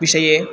विषये